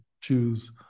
choose